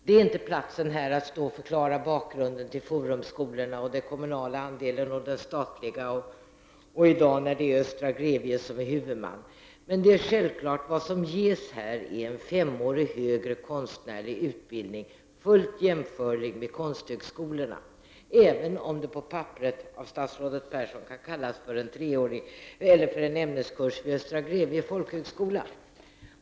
Här är inte platsen att stå och förklara bakgrunden till Forumskolorna, den kommunala andelen och den statliga samt att det i dag är Östra Grevie som är huvudman. Men det som ges här är en femårig högre konstnärlig utbildning, fullt jämförlig med konsthögskolornas, även om den på papperet av statsrådet Persson kan kallas för en ämneskurs vid Östra Grevie folkhögskola.